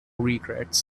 regrets